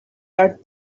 are